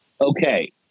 okay